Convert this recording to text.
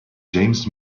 james